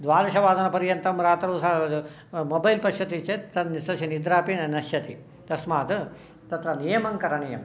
द्वादशवादनपर्यन्तं रात्रौ स मोबैल् पश्यति चेत् तत् तस्य निद्रापि नश्यति तस्मात् तत्र नियमङ्करणीयं